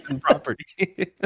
property